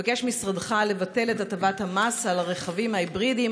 מבקש משרדך לבטל את הטבת המס על הרכבים ההיברידיים,